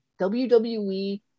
WWE